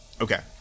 Okay